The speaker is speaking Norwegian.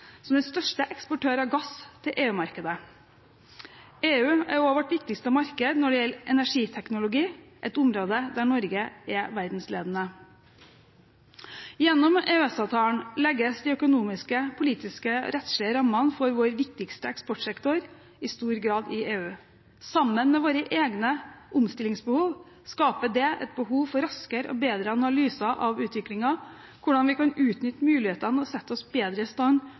som den største eksportør av gass til EU-markedet. EU er også vårt viktigste marked når det gjelder energiteknologi, et område der Norge er verdensledende. Gjennom EØS-avtalen legges de økonomiske, politiske og rettslige rammene for vår viktigste eksportsektor i stor grad i EU. Sammen med våre egne omstillingsbehov skaper det et behov for raskere og bedre analyser av utviklingen, hvordan vi kan utnytte mulighetene og sette oss bedre i stand